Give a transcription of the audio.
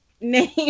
name